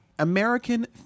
American